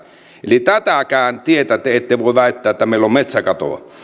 eli tätäkään tietä te ette voi väittää että meillä on metsäkatoa